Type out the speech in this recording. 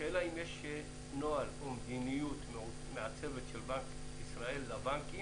השאלה אם יש נוהל או מדיניות מעצבת של בנק ישראל לבנקים?